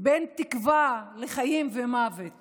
בין תקווה וחיים למוות